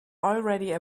already